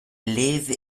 live